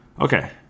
Okay